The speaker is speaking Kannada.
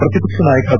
ಪ್ರತಿಪಕ್ಷ ನಾಯಕ ಬಿ